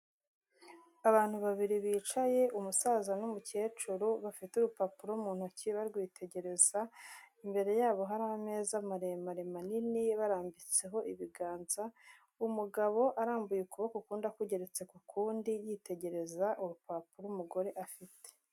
Abantu babiri bicaye, umusaza n'umukecuru bafite urupapuro mu ntoki barwitegereza, imbere yabo hari ameza maremare manini barambitseho ibiganza, umugabo arambuye ukuboko ukundi akugeretse ku kunndi yitegereza urupapuro umugore afite.